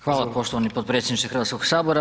Hvala poštovani potpredsjedniče Hrvatskog sabora.